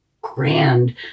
grand